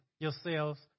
yourselves